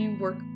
work